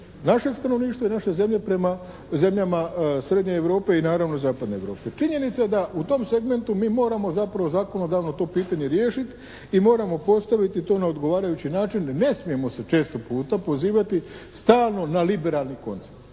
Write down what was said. našeg stanovništva i naše zemlje prema zemljama Srednje Europe i naravno Zapadne Europe. Činjenica je da u tom segmentu mi moramo zapravo zakonodavno to pitanje riješiti i moramo postaviti to na odgovarajući način. Ne smijemo se često puta pozivati stalno na liberalni koncept.